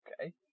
Okay